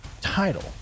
title